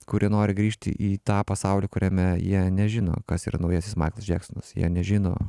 kurie nori grįžti į tą pasaulį kuriame jie nežino kas yra naujasis maiklas džeksonas jie nežino